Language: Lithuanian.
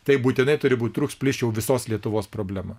tai būtinai turi būti trūks plyš visos lietuvos problema